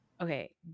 Okay